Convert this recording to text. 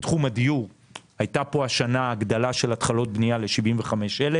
בתחום הדיור הייתה פה השנה הגדלה של התחלות בנייה ל-75,000,